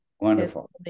Wonderful